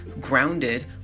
grounded